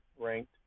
ranked